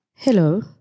Hello